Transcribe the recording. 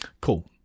Cool